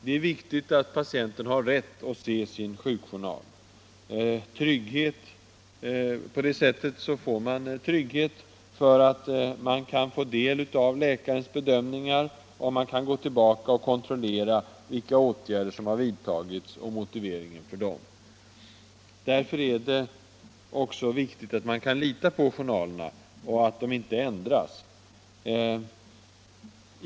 Det är viktigt att patienten har rätt att se sin sjukjournal. På det sättet skapas trygghet. Man kan få del av läkarens bedömningar, man kan gå tillbaka och kontrollera vilka åtgärder som har vidtagits och motiveringen för dem. Därför är det också viktigt att man kan lita på journalerna och att de inte ändras.